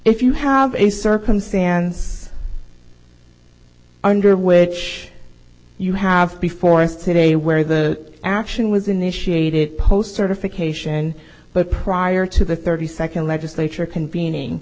if you have a circumstance under which you have before us today where the action was initiated post certification but prior to the thirty second legislature convening